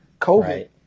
COVID